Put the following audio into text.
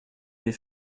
des